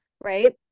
right